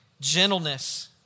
gentleness